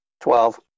Twelve